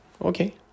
Okay